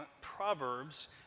Proverbs